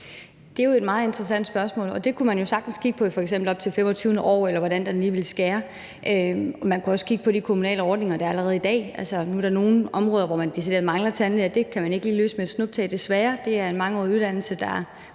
Det er et meget interessant spørgsmål, og man kunne jo faktisk sagtens kigge på det, i forhold til om det skulle være op til det 25. år, eller hvordan det lige skulle være. Man kunne også kigge på de kommunale ordninger, der er der allerede i dag. Altså, nu er der nogle områder, hvor man decideret mangler tandlæger, og det kan man ikke lige løse med et snuptag, desværre. Det er en mangeårig uddannelse, så